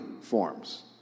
forms